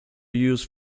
used